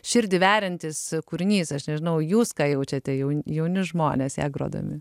širdį veriantis kūrinys aš nežinau jūs ką jaučiate jauni jauni žmonės ją grodami